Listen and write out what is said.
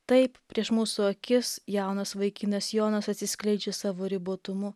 taip prieš mūsų akis jaunas vaikinas jonas atsiskleidžia savo ribotumu